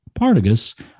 Partigas